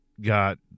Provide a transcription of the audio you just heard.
got